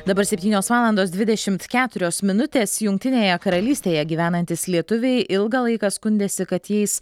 dabar septynios valandos dvidešimt keturios minutės jungtinėje karalystėje gyvenantys lietuviai ilgą laiką skundėsi kad jais